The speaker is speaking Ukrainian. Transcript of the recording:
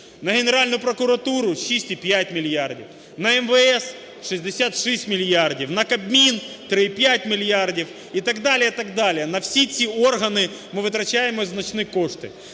на Генеральну прокуратуру – 6,5 мільярдів, на МВС – 66 мільярдів, на Кабмін – 3,5 мільярдів і так далі, і так далі. На всі ці органи ми витрачаємо значні кошти.